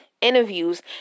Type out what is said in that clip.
interviews